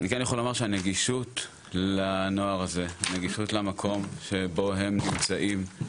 אני כן יכול לומר שהנגישות לנוער הזה הנגישות למקום שבו הם נמצאים,